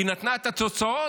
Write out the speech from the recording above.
היא נתנה את התוצאות,